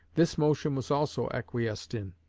this motion was also acquiesced in.